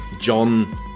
John